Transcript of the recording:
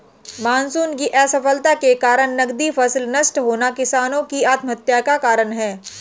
monsoon की असफलता के कारण नकदी फसल नष्ट होना किसानो की आत्महत्या का कारण है